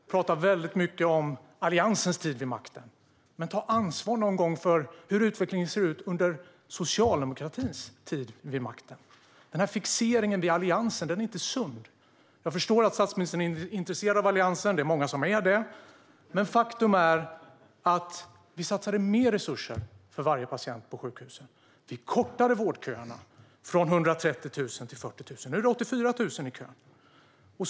Du pratar mycket om Alliansens tid vid makten, men ta någon gång ansvar för hur utvecklingen har sett ut under socialdemokratins tid vid makten! Fixeringen vid Alliansen är inte sund. Jag förstår att statsministern är intresserad av Alliansen - många är det - men faktum är att vi satsade mer resurser för varje patient på sjukhusen. Vi kortade vårdköerna från 130 000 till 40 000. Nu är det 84 000 i kön.